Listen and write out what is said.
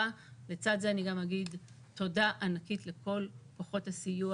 לצד זה גם אגיד תודה ענקית לכל כוחות הסיוע